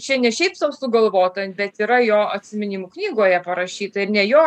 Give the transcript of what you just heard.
čia ne šiaip sau sugalvota bet yra jo atsiminimų knygoje parašyta ir ne jo